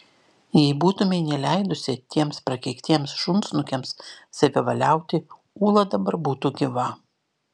jei būtumei neleidusi tiems prakeiktiems šunsnukiams savivaliauti ūla dabar būtų gyva